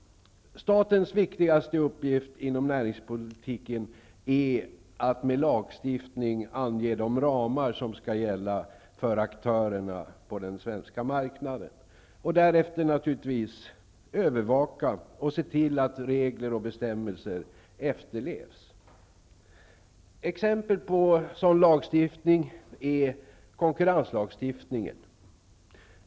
Statens viktigaste uppgift inom näringspolitiken är att med hjälp av lagstiftning ange de ramar som skall gälla för aktörerna på den svenska marknaden. Naturligtvis skall det ske en övervakning av att regler och bestämmelser efterlevs. Exempel på sådan lagstiftning är konkurrenslagstiftningen.